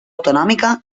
autonòmica